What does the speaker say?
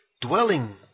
dwelling